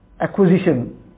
acquisition